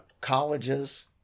colleges